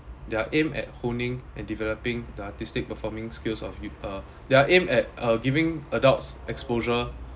they are aimed at pruning and developing the artistic performing skills of people they are aimed at uh giving adults exposure